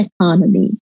economy